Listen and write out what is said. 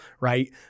Right